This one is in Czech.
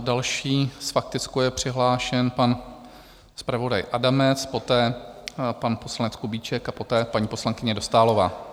Další s faktickou je přihlášen pan zpravodaj Adamec, poté pan poslanec Kubíček a poté paní poslankyně Dostálová.